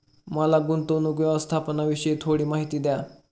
मला गुंतवणूक व्यवस्थापनाविषयी थोडी माहिती द्या